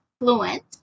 fluent